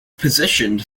positioned